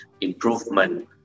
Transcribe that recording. improvement